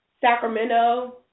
Sacramento